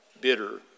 bitter